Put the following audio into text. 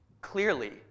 clearly